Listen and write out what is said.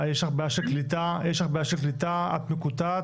יש לך בעיה של קליטה, את מקוטעת.